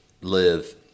live